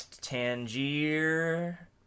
Tangier